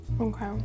Okay